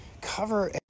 Cover